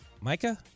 Micah